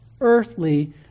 earthly